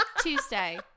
Tuesday